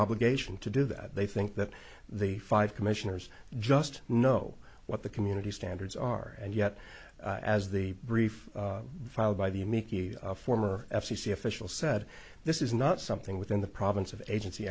obligation to do that they think that the five commissioners just know what the community standards are and yet as the brief filed by the meek the former f c c official said this is not something within the province of agency